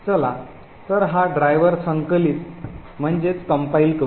चला तर हा ड्राईव्हर संकलित करू make driver